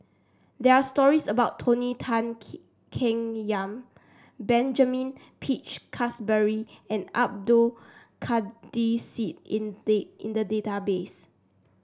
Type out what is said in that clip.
there are stories about Tony Tan Keng Yam Benjamin Peach Keasberry and Abdul Kadir Syed in in the database